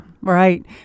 right